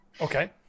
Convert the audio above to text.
Okay